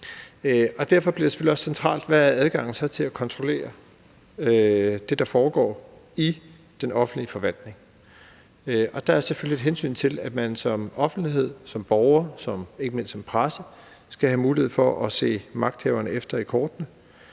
centralt spørgsmål, hvad adgangen så er til at kontrollere det, der foregår i den offentlige forvaltning. Og der er selvfølgelig et hensyn til, at man som offentlighed, som borger og ikke mindst som presse skal have mulighed for at se magthaverne efter i kortene,